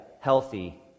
healthy